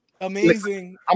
Amazing